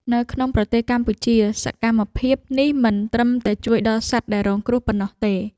នៅក្នុងប្រទេសកម្ពុជា សកម្មភាពនេះមិនត្រឹមតែជួយដល់សត្វដែលរងគ្រោះប៉ុណ្ណោះទេ។